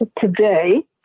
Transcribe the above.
today